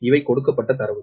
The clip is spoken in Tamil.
இவை கொடுக்கப்பட்ட தரவு